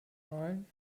malen